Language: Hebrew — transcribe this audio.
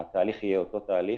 התהליך יהיה אותו תהליך,